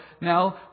now